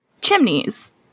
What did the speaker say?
Chimneys